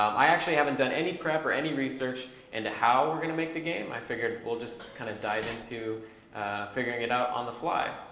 um i actually haven't done any prep or any research into how we're going to make the game. i figured we'll just kind of dive into figuring it out on the fly.